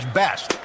best